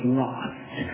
lost